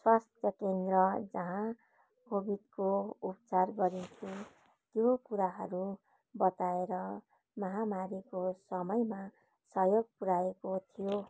स्वास्थ केन्द्र जहाँ कोभिडको उपचार गरेको थियो त्यो कुराहरू बताएर महामारीको समयमा सहयोग पुऱ्याएको थियो